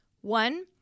One